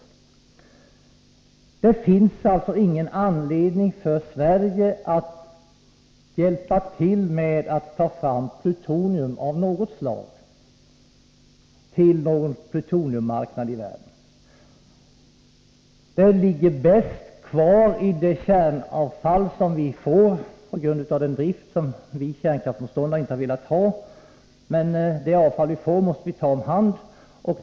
Det finns alltså ingen anledning för Sverige att hjälpa till med att ta fram plutonium av något slag till plutoniummarknaden i världen. Plutonium ligger bäst kvar i det kärnkraftsavfall som vi får på grund av den drift som vi kärnkraftsmotståndare inte har velat ha. Men det avfall som vi får måste omhändertas.